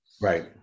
Right